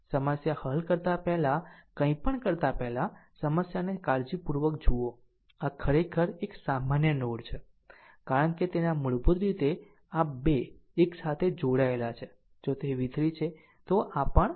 સમસ્યા હલ કરતા પહેલા કંઇપણ કરતા પહેલાં સમસ્યાને કાળજીપૂર્વક જુઓ આ ખરેખર એક સામાન્ય નોડ છે કારણ કે તેના મૂળભૂત રીતે આ 2 એક સાથે જોડાયેલા છે જો તે v3 છે તો આ પણ v3 છે